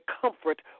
comfort